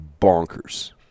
bonkers